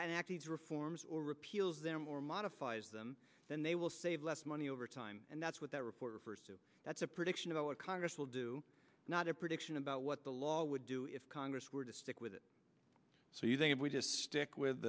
act reforms or repeals them or modifies them then they will save less money over time and that's what that report that's a prediction of our congress will do not a prediction about what the law would do if congress were to stick with it so you think if we just stick with